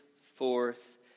forth